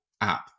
app